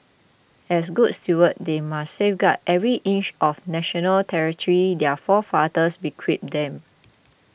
as good stewards they must safeguard every inch of national territory their forefathers bequeathed them